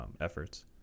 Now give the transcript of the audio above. efforts